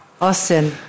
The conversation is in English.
Austin